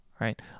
right